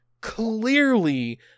clearly